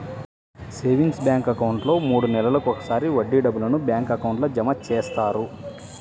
savings bank అకౌంట్లో మూడు నెలలకు ఒకసారి వడ్డీ డబ్బులను బ్యాంక్ అకౌంట్లో జమ చేస్తారు